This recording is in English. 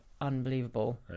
unbelievable